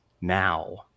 now